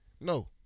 No